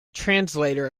translator